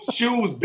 shoes